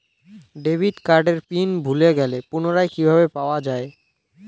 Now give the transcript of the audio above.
Debit কার্ডের PIN ভুলে গেলে পুনরায় কিভাবে পাওয়া য়ায়?